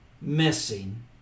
missing